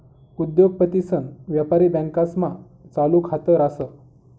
उद्योगपतीसन व्यापारी बँकास्मा चालू खात रास